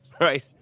right